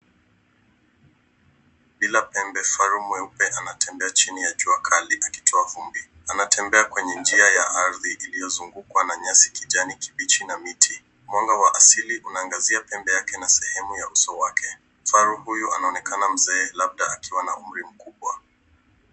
Bila pembe faru mweupe anatembea chini ya jua kali akitoa vumbi. Anatembea kwenye njia ya ardhi iliyozungukwa na nyasi kijani kibichi na miti. Mwanga wa asili unaangazia pembe yake na sehemu ya uso wake. Faru huyu anaonekana mzee labda akiwa na umri mkubwa.